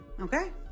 okay